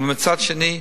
מצד שני,